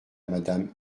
madame